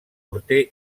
morter